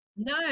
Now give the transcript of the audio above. no